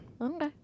Okay